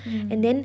mm